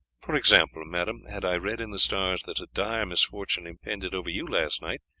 for example, madame, had i read in the stars that a dire misfortune impended over you last night,